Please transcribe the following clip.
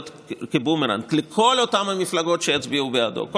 כבומרנג אל כל אותן מפלגות שיצביעו בעדו,